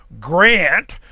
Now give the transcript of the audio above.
grant